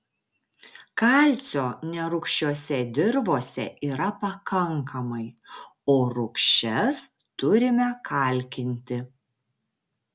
kalcio nerūgščiose dirvose yra pakankamai o rūgščias turime kalkinti